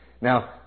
Now